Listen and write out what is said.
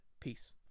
Peace